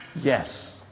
Yes